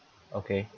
okay